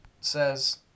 says